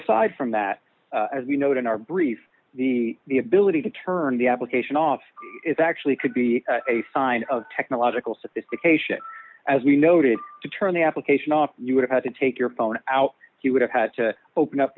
aside from that as we note in our brief the the ability to turn the application off is actually could be a sign of technological sophistication as we noted to turn the application off you would have to take your phone out he would have had to open up